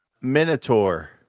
Minotaur